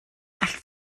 allet